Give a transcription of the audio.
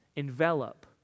envelop